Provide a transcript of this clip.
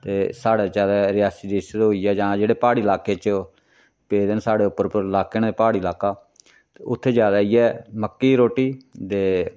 ते साढ़ै ज्यादा रियासी डिस्ट्रिक होई गेआ जां जेह्ड़े प्हाड़ी लाके च पेदे न साढ़े उप्पर उप्पर लाके न प्हाड़ी लाका ते उत्थैं ज्यादा इ'यै मक्की दी रोटी दे